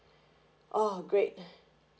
orh great